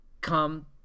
Come